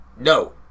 no